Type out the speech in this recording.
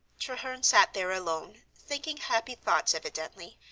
treherne sat there alone, thinking happy thoughts evidently,